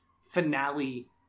finale